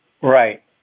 Right